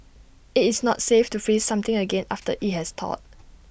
IT is not safe to freeze something again after IT has thawed